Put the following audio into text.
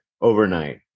overnight